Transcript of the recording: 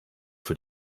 für